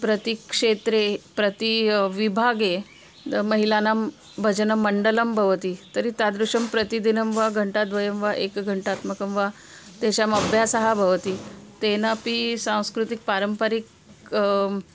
प्रतिक्षेत्रे प्रति विभागे द महिलानां भजनमण्डलं भवति तर्हि तादृशं प्रतिदिनं वा घण्टाद्वयं वा एकघण्टात्मकं वा तेषाम् अभ्यासः भवति तेनापि सांस्कृतिकपारम्परिक